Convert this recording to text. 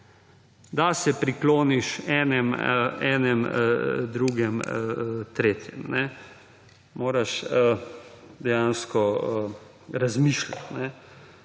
da se prikloniš enemu, drugemu, tretjemu. Moraš dejansko razmišljati.